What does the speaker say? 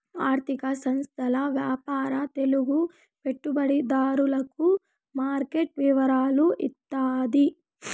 ఆర్థిక సంస్థల వ్యాపార తెలుగు పెట్టుబడిదారులకు మార్కెట్ వివరాలు ఇత్తాది